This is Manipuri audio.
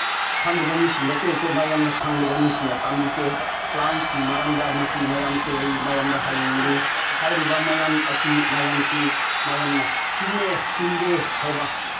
ꯈꯪꯗꯕ ꯃꯤꯁꯤꯡꯗꯁꯨ ꯑꯩꯈꯣꯏ ꯃꯌꯥꯝꯅ ꯈꯪꯂꯤꯕ ꯃꯤꯁꯤꯡꯅ ꯇꯥꯛꯄꯤꯁꯦ ꯄ꯭ꯂꯥꯟꯁꯀꯤ ꯃꯔꯝꯗ ꯃꯁꯤ ꯃꯌꯥꯝꯁꯤ ꯑꯩ ꯃꯌꯥꯝꯗ ꯍꯥꯏꯅꯤꯡꯕꯗꯤ ꯍꯥꯏꯔꯤꯕ ꯃꯌꯥꯝ ꯑꯁꯤ ꯃꯌꯥꯝꯁꯤ ꯃꯌꯥꯝꯅ ꯆꯨꯝꯃꯦ ꯆꯨꯝꯗꯦ ꯍꯥꯏꯕ